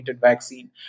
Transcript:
vaccine